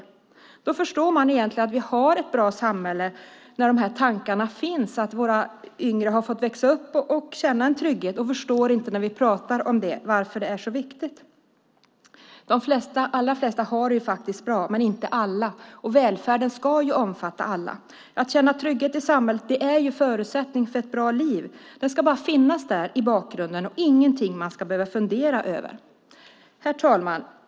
När de här tankarna finns förstår man egentligen att vi har ett bra samhälle där våra yngre har fått växa upp och känna en trygghet. De förstår inte när vi pratar om varför det är så viktigt. De allra flesta har det faktiskt bra, men inte alla. Och välfärden ska ju omfatta alla. Att känna trygghet i samhället är en förutsättning för ett bra liv. Tryggheten ska bara finnas där i bakgrunden och är ingenting man ska behöva fundera över. Herr talman!